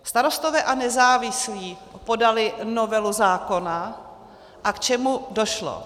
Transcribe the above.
Starostové a nezávislí podali novelu zákona a k čemu došlo?